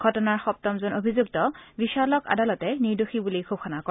ঘটনাৰ সপ্তমজন অভিযুক্ত বিশালক আদালতে নিৰ্দোষী বুলি ঘোষণা কৰে